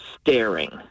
staring